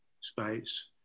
space